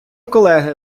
колеги